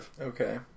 Okay